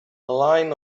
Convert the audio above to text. line